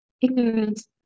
Ignorance